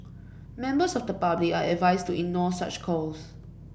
members of the public are advised to ignore such calls